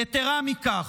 יתרה מכך,